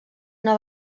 una